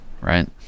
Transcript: Right